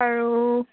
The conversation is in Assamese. আৰু